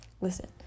listen